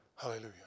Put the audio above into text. Hallelujah